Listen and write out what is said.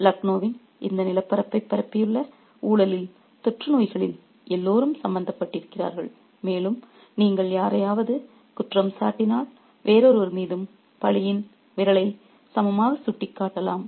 லக்னோவின் இந்த நிலப்பரப்பை பரப்பியுள்ள ஊழலில் தொற்றுநோய்களில் எல்லோரும் சம்பந்தப்பட்டிருக்கிறார்கள் மேலும் நீங்கள் யாரையாவது குற்றம் சாட்டினால் வேறொருவர் மீதும் பழியின் விரலை சமமாகச் சுட்டிக்காட்டலாம்